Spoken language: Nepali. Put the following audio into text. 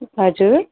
हजुर